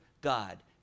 God